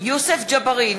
יוסף ג'בארין,